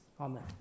Amen